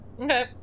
Okay